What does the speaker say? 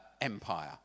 Empire